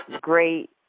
great